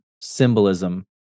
symbolism